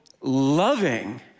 loving